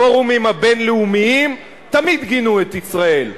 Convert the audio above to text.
הפורומים הבין-לאומיים תמיד גינו את ישראל.